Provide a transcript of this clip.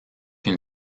une